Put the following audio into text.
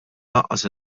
lanqas